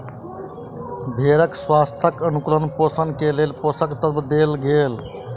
भेड़क स्वास्थ्यक अनुकूल पोषण के लेल पोषक तत्व देल गेल